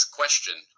question